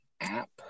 app